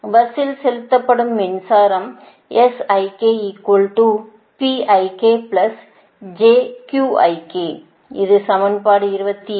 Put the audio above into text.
எனவே பஸ்ஸில் செலுத்தப்படும் மின்சாரம் இது சமன்பாடு 27